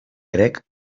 crec